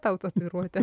tau tatuiruotę